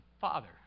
father